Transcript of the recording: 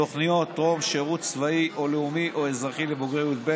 תוכניות טרום שירות צבאי או לאומי או אזרחי לבוגרי י"ב,